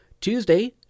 Tuesday